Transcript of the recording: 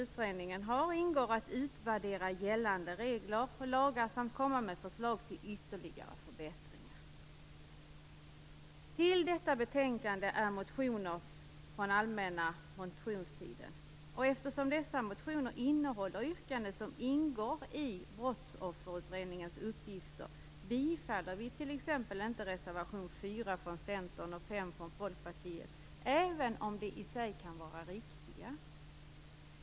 I detta uppdrag ingår att utvärdera gällande regler och lagar samt komma med förslag till ytterligare förbättringar. I detta betänkande behandlas motioner från den allmänna motionstiden. Eftersom dessa motioner innehåller yrkanden som ingår i Brottsofferutredningens uppgifter tillstyrker vi inte reservation 4 från Centern och reservation 5 från Folkpartiet, även om de i sig kan vara riktiga.